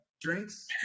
drinks